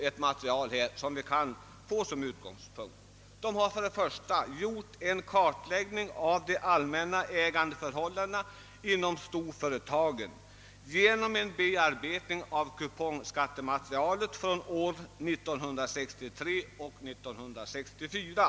Utredningen har gjort en kartläggning av de allmänna ägandeförhållandena inom storföretagen, genom en bearbetning av kupongskattematerialet från åren 1963 och 1964.